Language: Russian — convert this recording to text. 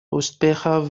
успехов